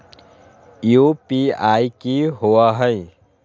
UPI कि होअ हई?